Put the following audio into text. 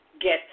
get